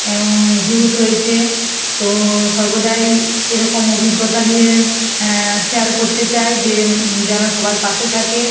এবং ভিউস হয়েছে তো সর্বদাই এরকম অভিজ্ঞতা নিয়ে শেয়ার করতে চাই যে যেন সবাই পাশে থাকে